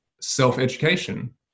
self-education